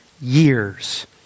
years